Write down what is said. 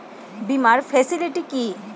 বীমার ফেসিলিটি কি?